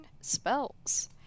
spells